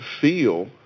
feel